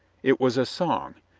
it was a song,